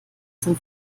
zum